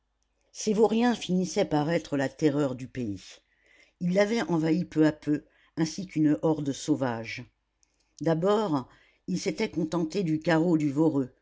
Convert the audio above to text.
ces vauriens finissaient par être la terreur du pays ils l'avaient envahi peu à peu ainsi qu'une horde sauvage d'abord ils s'étaient contentés du carreau du voreux